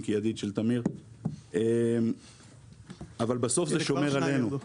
כידיד של תמיר אבל בסוף זה שומר עלינו.